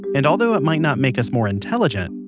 and although it might not make us more intelligent,